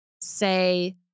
say